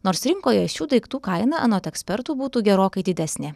nors rinkoje šių daiktų kaina anot ekspertų būtų gerokai didesnė